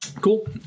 Cool